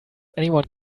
anyone